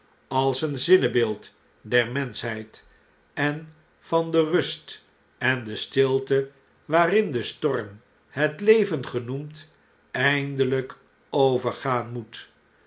als een zinnebeeld der menschheid en van de rust en de stilte waarin de storm het leven genoemd eindelflk overgaan moet